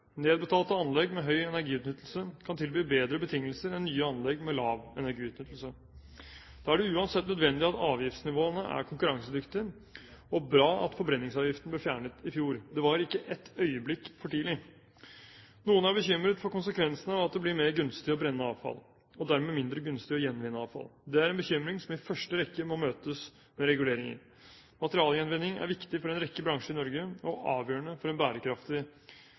Nedbetalte anlegg med høy energiutnyttelse kan tilby bedre betingelser enn nye anlegg med lav energiutnyttelse. Da er det uansett nødvendig at avgiftsnivåene er konkurransedyktige og bra at forbrenningsavgiften ble fjernet i fjor. Det var ikke et øyeblikk for tidlig. Noen er bekymret for konsekvensene av at det blir mer gunstig å brenne avfall og dermed mindre gunstig å gjenvinne avfall. Det er en bekymring som i første rekke må møtes med reguleringer. Materialgjenvinning er viktig for en rekke bransjer i Norge – og avgjørende for en bærekraftig